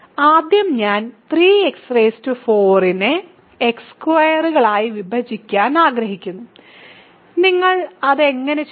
ആദ്യം ഞാൻ 3x4 നെ x2 കളായി വിഭജിക്കാൻ ആഗ്രഹിക്കുന്നു നിങ്ങൾ അത് എങ്ങനെ ചെയ്യും